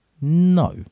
no